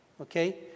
Okay